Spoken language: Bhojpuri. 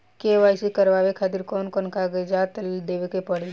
के.वाइ.सी करवावे खातिर कौन कौन कागजात देवे के पड़ी?